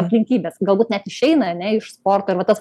aplinkybės galbūt net išeina ane iš sporto ir va tas